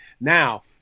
Now